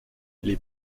les